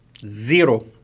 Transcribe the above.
zero